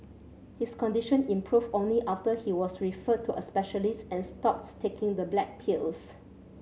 his condition improved only after he was referred to a specialist and stopped taking the black pills